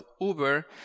Uber